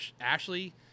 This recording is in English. Ashley